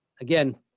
again